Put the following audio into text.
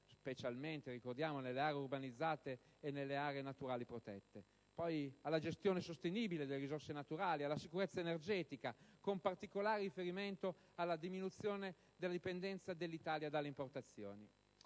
(specialmente nelle aree urbanizzate e nelle aree naturali protette), alla gestione sostenibile delle risorse naturali, alla sicurezza energetica, con particolare riferimento alla diminuzione della dipendenza dell'Italia dalle importazioni.